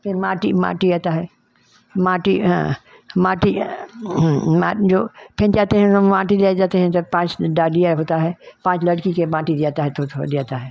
फिर माटी माटी आता है माटी हाँ माटी मा जो फिन जाते हैं हम माटी ले जाते हैं जब पाँच डालिया होता है पाँच लड़की के माटी दियाता है थोड़ा थोड़ा दियाता है